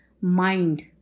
mind